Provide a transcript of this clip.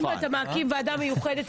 אם אתה מקים ועדה מיוחדת,